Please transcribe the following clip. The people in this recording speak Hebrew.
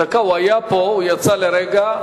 היה פה, הוא יצא לרגע.